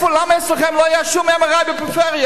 למה אצלכם לא היה שום MRI בפריפריה?